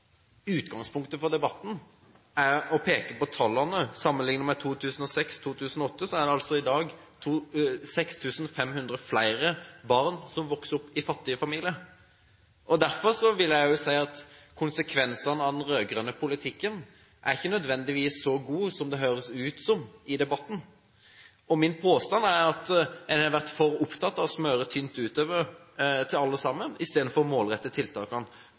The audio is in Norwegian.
utgangspunktet for debatten å peke på tallene. Sammenlignet med årene 2006–2008 er det i dag 6 500 flere barn som vokser opp i fattige familier. Derfor vil jeg si at konsekvensene av den rød-grønne politikken ikke nødvendigvis er så positive som det høres ut som i debatten. Min påstand er at en har vært for opptatt av å smøre tynt utover til alle, istedenfor å målrette tiltakene,